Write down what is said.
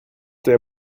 there